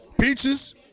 peaches